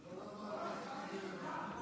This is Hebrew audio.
אבל מכיוון שיש שתי משפחות ושני חברי כנסת שממתינים,